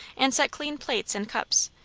and set clean plates and cups,